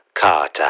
Carter